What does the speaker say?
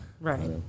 Right